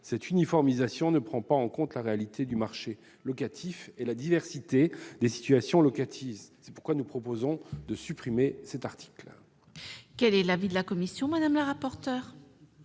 telle uniformisation ne prend pas en compte la réalité du marché locatif et la diversité des situations locatives. C'est pourquoi nous proposons de supprimer l'article 53 . Quel est l'avis de la commission ? L'objet